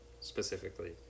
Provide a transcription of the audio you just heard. specifically